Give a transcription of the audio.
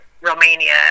Romania